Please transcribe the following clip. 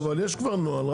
אבל לש כבר נוהל,